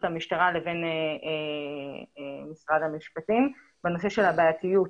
המשטרה לבין משרד המשפטים בנושא של הבעייתיות,